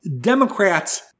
Democrats